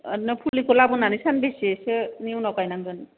ओरैनो फुलिखौ लाबोनानै सानबेसोनि उनाव गायनांगोन